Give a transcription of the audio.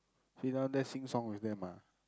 sit down there sing song with them ah